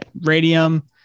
radium